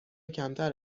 کمتر